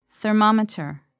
Thermometer